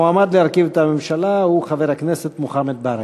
המועמד להרכיב את הממשלה הוא חבר הכנסת מוחמד ברכה.